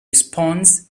response